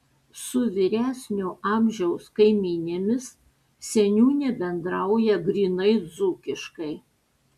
su vyresnio amžiaus kaimynėmis seniūnė bendrauja grynai dzūkiškai